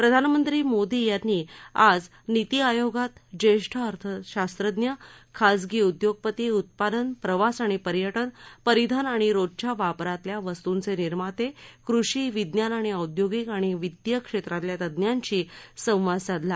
प्रधानमंत्री मोदी यांनी आज नीती आयोगात ज्येष्ठ अर्थशास्त्रज्ञ खासगी उद्योगपती उत्पादन प्रवास आणि पर्यटन परिधान आणि रोजच्या वापरातल्या वस्तुंचे निर्माते कृषी विज्ञान आणि औयोगिक आणि वित्तीय क्षेत्रातल्या तज्ञांशी संवाद साधला